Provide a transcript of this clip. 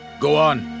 go on.